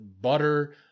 butter